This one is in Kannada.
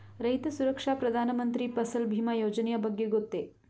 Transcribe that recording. ರೈತ ಸುರಕ್ಷಾ ಪ್ರಧಾನ ಮಂತ್ರಿ ಫಸಲ್ ಭೀಮ ಯೋಜನೆಯ ಬಗ್ಗೆ ಗೊತ್ತೇ?